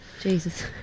Jesus